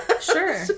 sure